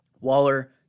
waller